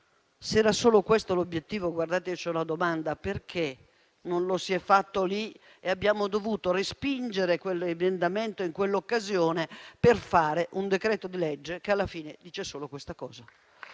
Se era solo questo l'obiettivo, ho una domanda: perché non lo si è fatto lì e abbiamo dovuto respingere quell'emendamento in quell'occasione per fare un decreto-legge che alla fine dice solo questa cosa?